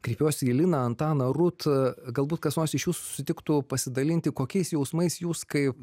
kreipiuosi į liną antaną rūt galbūt kas nors iš jūsų sutiktų pasidalinti kokiais jausmais jūs kaip